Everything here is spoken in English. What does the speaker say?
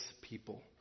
people